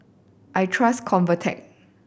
I trust Convatec